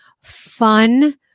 fun